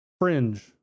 Fringe